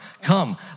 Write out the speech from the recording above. come